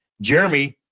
Jeremy